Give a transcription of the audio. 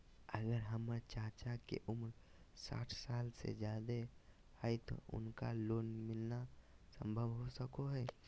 अगर हमर चाचा के उम्र साठ साल से जादे हइ तो उनका लोन मिलना संभव हो सको हइ?